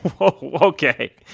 Okay